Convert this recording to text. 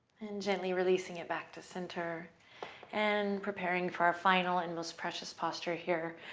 and gently releasing it back to center and preparing for our final and most precious posture here.